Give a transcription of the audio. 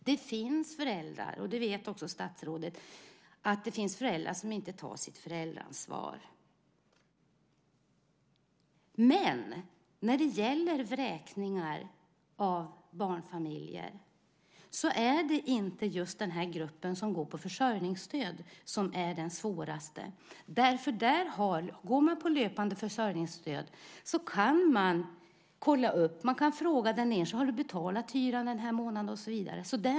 Det finns föräldrar, och det vet också statsrådet, som inte tar sitt föräldraansvar. Men när det gäller vräkningar av barnfamiljer är det inte just den grupp som går på försörjningsstöd som är den svåraste. Går någon på löpande försörjningsstöd kan man kolla upp och fråga den enskilde: Har du betalat hyran den här månaden?